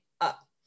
up